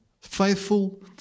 faithful